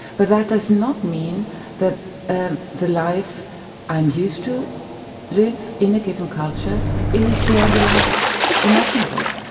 but that does not mean that ah the life i'm used to live in a given culture is the only life imaginable.